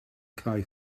cae